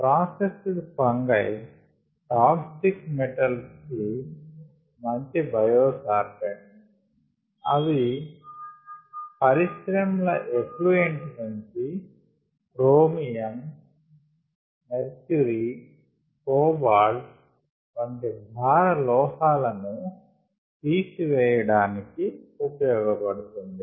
processed fungi toxic metals కి మంచి biosorbents అవి పరిశ్రమల ఎఫ్ల్యూఎంట్ నుంచి క్రోమియం మెర్క్యురీ కోబాల్ట్ వంటి భార లోహాలను తీసివేయడానికి ఉపయోగపడుతుంది